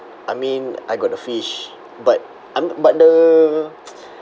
I mean I got the fish but I'm but the